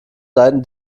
seiten